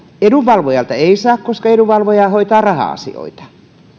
edunvalvojalta ei saa koska edunvalvoja hoitaa raha asioita